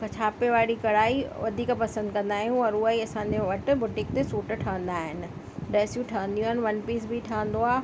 छापे वारी कढ़ाई वधीक पसंदि कंदा आहियूं और हूअ ई असांजे वटि बुटीक ते सूट ठहंदा आहिनि ड्रेसियूं ठहंदियूं आहिनि वन पीस बि ठहंदो आहे